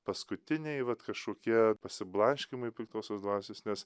paskutiniai vat kašokie pasiblaškymai piktosios dvasios nes